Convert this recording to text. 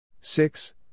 six